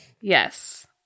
Yes